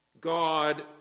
God